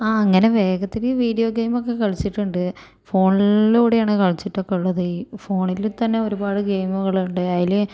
ആ അങ്ങനെ വേഗത്തില് വീഡിയോ ഗെയിമൊക്കെ കളിച്ചിട്ടുണ്ട് ഫോണിലൂടെയാണ് കളിച്ചിട്ടൊക്കെ ഉള്ളത് ഈ ഫോണില് തന്നെ ഒരുപാട് ഗെയിമുകളുണ്ട് അതില്